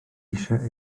eisiau